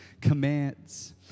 commands